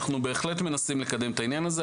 אנחנו בהחלט מנסים לקדם את העניין הזה.